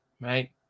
right